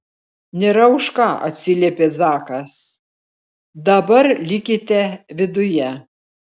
nėra už ką atsiliepė zakas dabar likite viduje